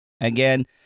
again